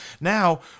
now